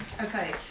Okay